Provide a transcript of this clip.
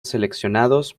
seleccionados